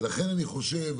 ולכן אני חושב,